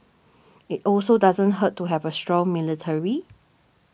it also doesn't hurt to have a strong military